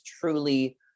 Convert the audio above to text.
truly